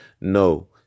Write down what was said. No